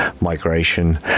migration